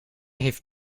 heeft